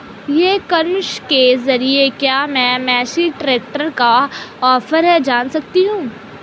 ई commerce के ज़रिए क्या मैं मेसी ट्रैक्टर का क्या ऑफर है जान सकता हूँ?